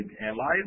allies